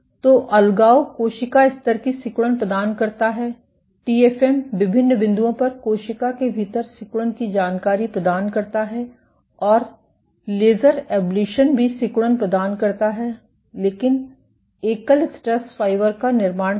तो अलगाव कोशिका स्तर की सिकुड़न प्रदान करता है टी एफ एम विभिन्न बिंदुओं पर कोशिका के भीतर सिकुड़न की जानकारी प्रदान करता है और लेजर एब्लेशन भी सिकुड़न प्रदान करता है लेकिन एकल स्ट्रेस फाइबर का निर्माण करता है